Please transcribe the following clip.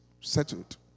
settled